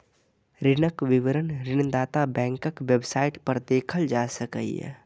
ऋणक विवरण ऋणदाता बैंकक वेबसाइट पर देखल जा सकैए